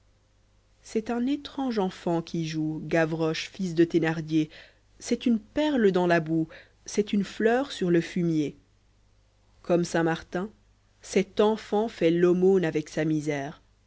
c'est un étrange eufant qui joue gavroche fils de theuardier c'est une perle dans la boue c'est une fleur sur le fumier comme saint martin cet enfaut fait l'aumône avec sa misère